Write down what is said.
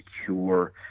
secure